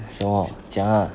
什么讲啊